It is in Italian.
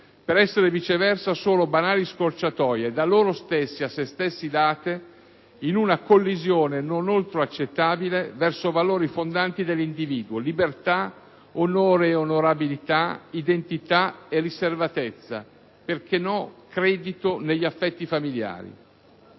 per essere viceversa solo banali scorciatoie da loro stessi a se stessi date, in una collisione non oltre accettabile verso valori fondanti dell'individuo (libertà, onore e onorabilità, identità e riservatezza e - perché no? - credito negli affetti familiari);